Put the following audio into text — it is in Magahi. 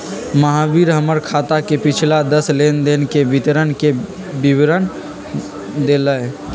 महावीर हमर खाता के पिछला दस लेनदेन के विवरण के विवरण देलय